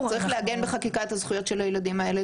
צריך לעגן בחקיקה את הזכויות של הילדים האלה,